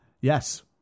Yes